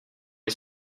les